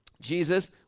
Jesus